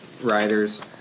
Riders